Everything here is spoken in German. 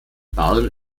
barren